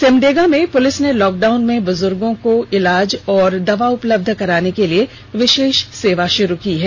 सिमडेगा में पुलिस ने लॉकडाउन में बुज़ुर्गो को इलाज और दवा उपलब्ध कराने के लिए विशेष सेवा शुरु की है